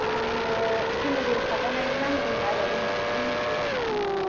आङो फेमिलि थाजानाय नांगौमोन आरो रुम मोनथाम मोनब्रैसो नांगौमोन आरो